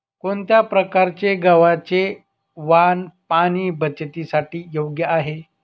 कोणत्या प्रकारचे गव्हाचे वाण पाणी बचतीसाठी योग्य आहे?